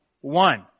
One